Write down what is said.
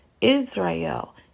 Israel